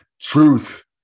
Truth